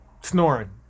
snoring